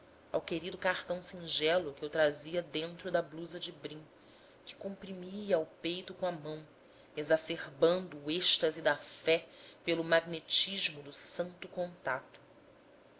ao querido cartão singelo que eu trazia dentro da blusa de brim que comprimia ao peito com a mão exacerbando o êxtase da fé pelo magnetismo do santo contato